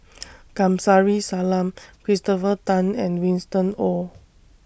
Kamsari Salam Christopher Tan and Winston Oh